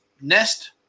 Nest